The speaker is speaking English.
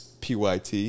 pyt